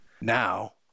Now